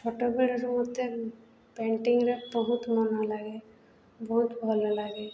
ଛୋଟବେଳରୁ ମୋତେ ପେଣ୍ଟିଂରେ ବହୁତ ମନ ଲାଗେ ବହୁତ ଭଲ ଲାଗେ